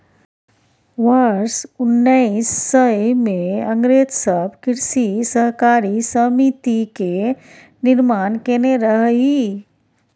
वर्ष उन्नैस सय मे अंग्रेज सब कृषि सहकारी समिति के निर्माण केने रहइ